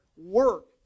work